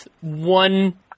one